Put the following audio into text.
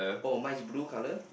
oh mine is blue colour